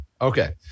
Okay